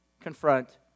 confront